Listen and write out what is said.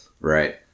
Right